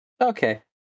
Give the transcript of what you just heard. Okay